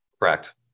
Correct